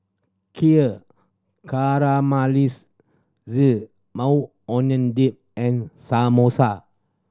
Kheer Maui Onion Dip and Samosa